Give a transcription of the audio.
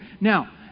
Now